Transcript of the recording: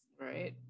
right